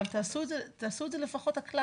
תעשו את זה לפחות הכלל.